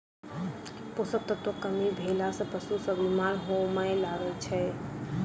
पोषण तत्वक कमी भेला सॅ पशु सभ बीमार होमय लागैत छै